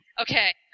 Okay